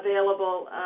available